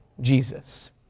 Jesus